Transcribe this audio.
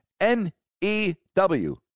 N-E-W